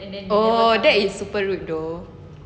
oh that is super rude though